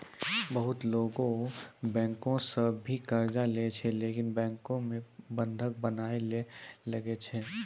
बहुते लोगै बैंको सं भी कर्जा लेय छै लेकिन बैंको मे बंधक बनया ले लागै छै